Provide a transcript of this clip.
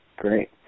Great